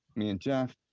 me and jeph.